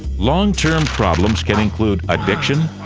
long-term problems can include addiction,